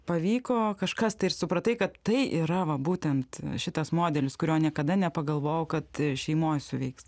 pavyko kažkas tai ir supratai kad tai yra va būtent šitas modelis kurio niekada nepagalvojau kad šeimoj suveiks